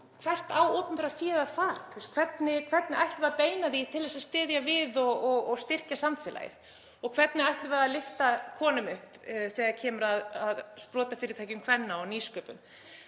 hvert opinbera féð eigi að fara: Hvert ætlum við að beina því til að styðja við og styrkja samfélagið og hvernig ætlum við að lyfta konum upp þegar kemur að sprotafyrirtækjum kvenna og nýsköpun?